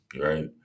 right